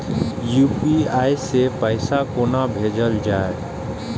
UPI सै पैसा कोना भैजल जाय?